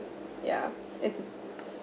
yeah it's